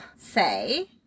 say